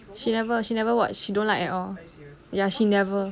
she never she never watch she don't like at all ya she never